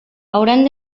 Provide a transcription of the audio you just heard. hauran